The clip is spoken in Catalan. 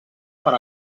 per